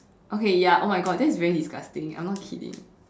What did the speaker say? okay ya oh my God that is very disgusting I'm not kidding